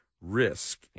risk